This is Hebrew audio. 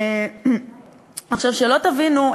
שלא תבינו,